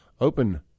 Open